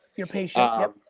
you're patient, ah